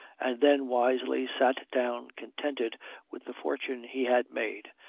and then wisely sat down contented with the fortune he had made,